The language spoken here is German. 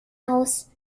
aus